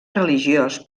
religiós